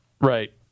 Right